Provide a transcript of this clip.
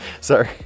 Sorry